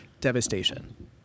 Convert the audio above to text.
devastation